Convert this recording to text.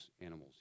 animals